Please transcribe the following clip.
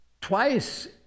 twice